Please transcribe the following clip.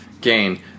gain